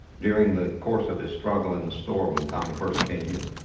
during the course of his struggle in the store when tommy first came in,